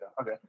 Okay